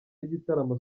y’igitaramo